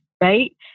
right